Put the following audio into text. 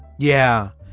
yeah,